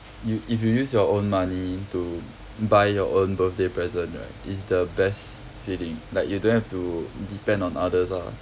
you if you use your own money to buy your own birthday present right is the best feeling like you don't have to depend on others ah